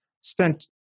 spent